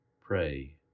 Pray